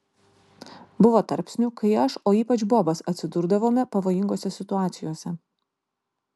buvo tarpsnių kai aš o ypač bobas atsidurdavome pavojingose situacijose